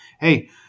Hey